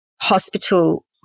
hospital